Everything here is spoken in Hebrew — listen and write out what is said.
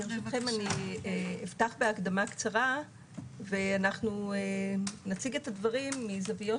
ברשותכם אפתח בהקדמה קצרה ונציג את הדברים מזוויות